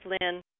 Lynn